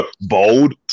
bold